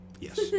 Yes